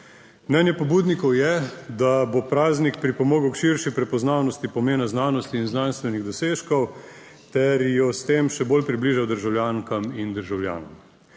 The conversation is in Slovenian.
Mnenje pobudnikov je, da bo praznik pripomogel k širši prepoznavnosti pomena znanosti in znanstvenih dosežkov ter jo s tem še bolj približal državljankam in državljanom.